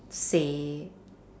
say